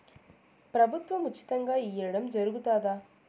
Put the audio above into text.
ప్రభుత్వం ఉచితంగా ఇయ్యడం జరుగుతాదా?